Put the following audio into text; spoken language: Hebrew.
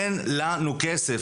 אין לנו כסף.